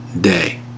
day